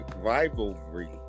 rivalry